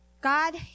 God